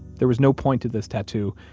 there was no point to this tattoo,